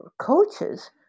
coaches